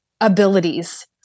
abilities